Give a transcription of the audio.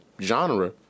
genre